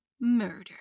murder